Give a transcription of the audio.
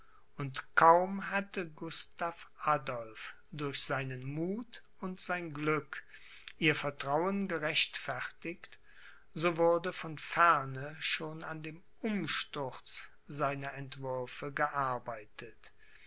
und kaum hatte gustav adolph durch seinen muth und sein glück ihr vertrauen gerechtfertigt so wurde von ferne schon an dem umsturz seiner entwürfe gearbeitet